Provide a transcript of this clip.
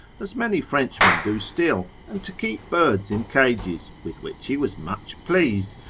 as many frenchmen do still, and to keep birds in cages, with which he was much pleased,